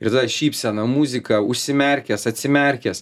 ir tada šypsena muzika užsimerkęs atsimerkęs